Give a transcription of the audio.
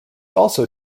also